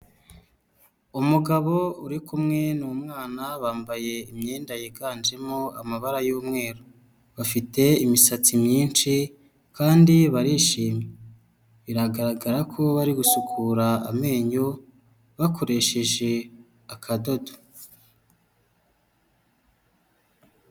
Umugabo uri kumwe n'umwana, bambaye imyenda yiganjemo amabara y'umweru, bafite imisatsi myinshi kandi barishimye, biragaragara ko bari gusukura amenyo, bakoresheje akadodo.